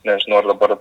nežinau ar dabar